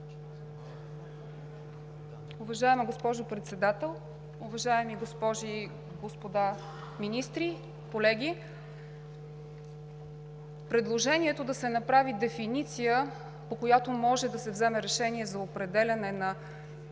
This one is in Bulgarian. Уважаеми господин Председател, уважаеми госпожи и господа министри, колеги! Предложението да се направи дефиниция, по която може да се вземе решение за определяне на